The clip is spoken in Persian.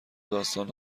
داستان